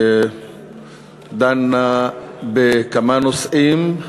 שדנה בכמה נושאים.